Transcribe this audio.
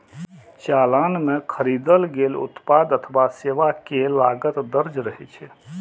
चालान मे खरीदल गेल उत्पाद अथवा सेवा के लागत दर्ज रहै छै